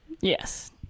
Yes